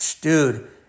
Dude